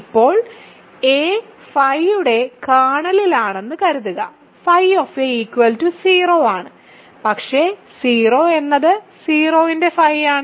ഇപ്പോൾ 'a' φ യുടെ കേർണലിലാണെന്ന് കരുതുക φ 0 ആണ് പക്ഷേ 0 എന്നത് 0 ന്റെ phi ആണ്